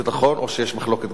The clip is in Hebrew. או שיש מחלוקת גם בעניין הזה?